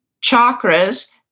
chakras